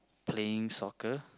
playing soccer